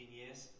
years